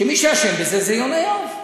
ומי שאשם בזה זה יונה יהב.